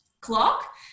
clock